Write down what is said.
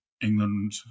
England